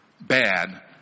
bad